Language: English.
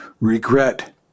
regret